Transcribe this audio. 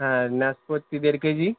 হ্যাঁ ন্যাসপাতি দেড় কেজি